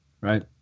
right